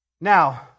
Now